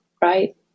right